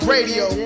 Radio